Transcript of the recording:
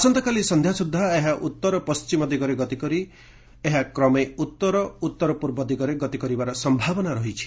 ଆସନ୍ତାକାଲି ସଂଧ୍ଧା ସୁଦ୍ଧା ଏହା ଉତର ପଣ୍କିମ ଦିଗରେ ଗତି କରି ଏହା କ୍ରମେ ଉତର ଉତରପୂର୍ବ ଦିଗରେ ଗତି କରିବାର ସ୍ୟାବନା ରହିଛି